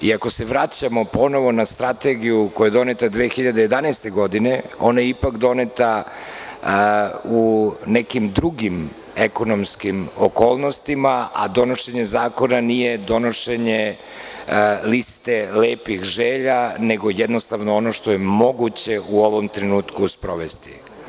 Ako se ponovo vraćamo na strategiju koja je doneta 2011. godine, ona je ipak doneta u nekim drugim ekonomskim okolnostima, a donošenje zakona nije donošenje liste lepih želja nego jednostavno ono što je moguće u ovom trenutku sprovesti.